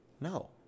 No